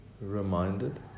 reminded